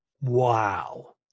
Wow